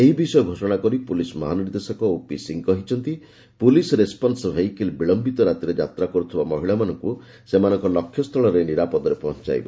ଏହି ବିଷୟ ଘୋଷଣା କରି ପୁଲିସ୍ ମହାନିର୍ଦ୍ଦେଶକ ଓପି ସିଂହ କହିଛନ୍ତି ପୁଲିସ୍ ରେସ୍ପନ୍୍ ଭେହିକିଲ୍ ବିଳୟିତ ରାତ୍ରିରେ ଯାତ୍ରା କରୁଥିବା ମହିଳାମାନଙ୍କୁ ସେମାନଙ୍କ ଲକ୍ଷ୍ୟସ୍ଥଳରେ ନିରାପଦରେ ପହଞ୍ଚାଇବ